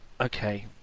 Okay